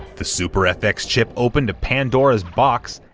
the super fx chip opened a pandora's box,